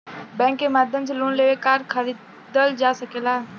bank के माध्यम से लोन लेके कार खरीदल जा सकेला